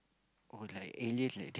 oh like alien like th~